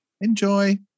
Enjoy